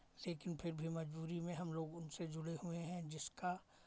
लेकिन फिर भी मज़बूरी में हम लोग उनसे जुड़े हुए हैं जिसका